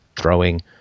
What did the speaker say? throwing